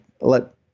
let